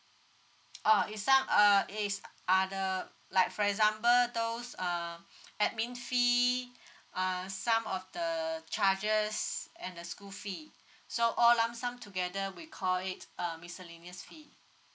oh it's some uh it's other like for example those um admin fee uh some of the charges and the school fee so all lump sum together we call it a miscellaneous fee